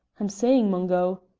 i'm saying, mungo!